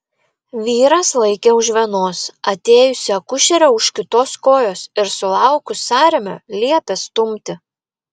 vyras laikė už vienos atėjusi akušerė už kitos kojos ir sulaukus sąrėmio liepė stumti